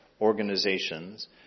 organizations